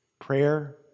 Prayer